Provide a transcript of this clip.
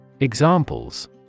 Examples